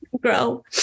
grow